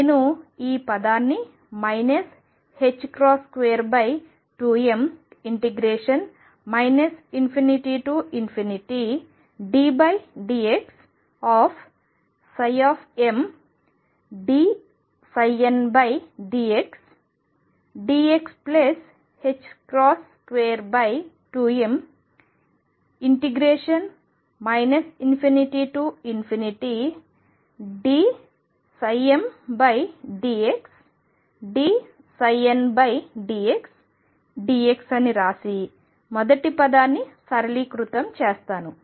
నేను ఈ పదాన్ని 22m ∞ddxψmdndxdx22m ∞dmdxdndxdx అని రాసి మొదటి పదాన్ని సరళీకృతం చేస్తాను